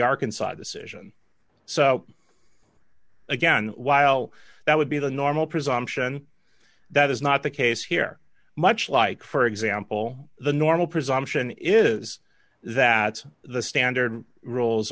arkansas decision so again while that would be the normal presumption that is not the case here much like for example the normal presumption is that the standard rules